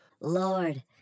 Lord